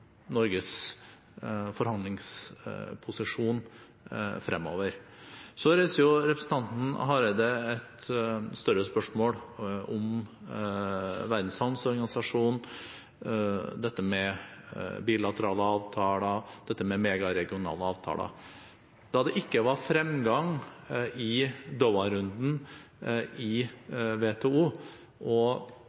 Norges forhandlingsposisjon fremover. Så reiser representanten Hareide et større spørsmål, om Verdens handelsorganisasjon, dette med bilaterale avtaler, dette med megaregionale avtaler. Da det ikke var fremgang i Doha-runden i